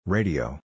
Radio